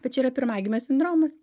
bet čia yra pirmagimio sindromas